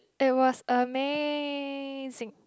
it was amazing